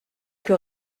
plus